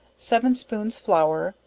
seven spoons flour,